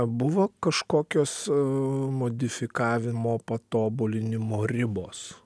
buvo kažkokios modifikavimo patobulinimo ribos